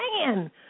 Man